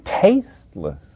tasteless